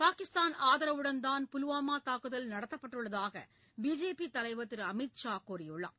பாகிஸ்தான் ஆதரவுடன்தான் புல்வாமா தாக்குதல் நடத்தப்பட்டுள்ளதாக பிஜேபி தலைவர் திரு அமித் ஷா கூறியுள்ளார்